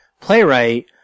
playwright